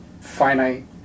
finite